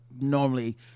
normally